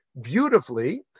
beautifully